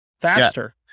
faster